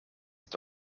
het